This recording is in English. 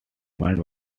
mind